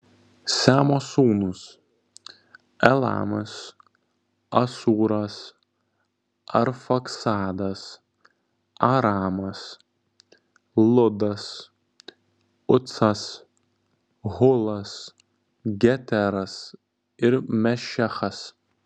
semo sūnūs elamas asūras arfaksadas aramas ludas ucas hulas geteras ir mešechas